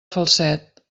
falset